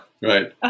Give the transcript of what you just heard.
Right